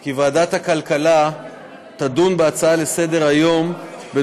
כי ועדת הכלכלה תדון בהצעה לסדר-היום של